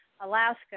alaska